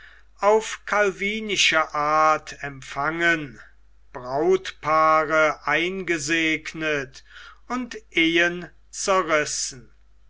auf calvinische art empfangen brautpaare eingesegnet und ehen zerrissen